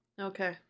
Okay